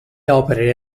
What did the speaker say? opere